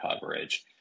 coverage